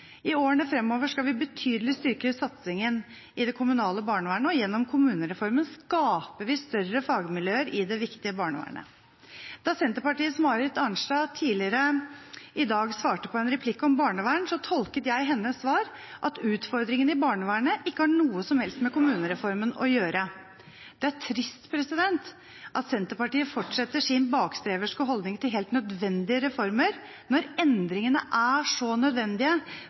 I årene fremover skal vi styrke satsingen i det kommunale barnevernet betydelig, og gjennom kommunereformen skaper vi større fagmiljøer i det viktige barnevernet. Da Senterpartiets Marit Arnstad tidligere i dag svarte på en replikk om barnevern, tolket jeg hennes svar slik at utfordringene i barnevernet ikke har noe som helst med kommunereformen å gjøre. Det er trist at Senterpartiet fortsetter sin bakstreverske holdning til helt nødvendige reformer når endringene er så nødvendige